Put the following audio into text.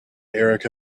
erika